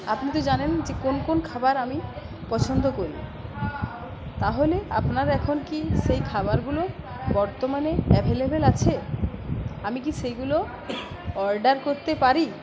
আপনি তো জানেন যে কোন কোন খাবার আমি পছন্দ করি তাহলে আপনার এখন কি সেই খাবারগুলো বর্তমানে অ্যাভেলেবেল আছে আমি কি সেইগুলো অর্ডার করতে পারি